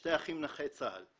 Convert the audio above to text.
שני אחים נכי צה"ל,